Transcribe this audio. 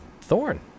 Thorn